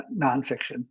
nonfiction